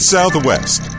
Southwest